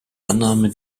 annahme